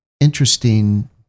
interesting